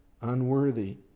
unworthy